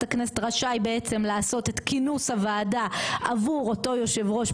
הכנסת רשאי בעצם לעשות את כינוס הוועדה עבור אותו יושב ראש,